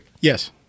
Yes